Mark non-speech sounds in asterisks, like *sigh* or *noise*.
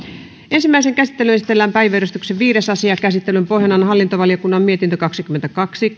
ensimmäiseen käsittelyyn esitellään päiväjärjestyksen viides asia käsittelyn pohjana on hallintovaliokunnan mietintö kaksikymmentäkaksi *unintelligible*